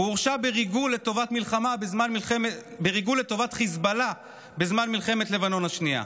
הוא הורשע בריגול לטובת חיזבאללה בזמן מלחמת לבנון השנייה.